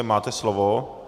Máte slovo.